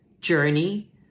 journey